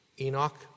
Enoch